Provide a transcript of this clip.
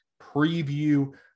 preview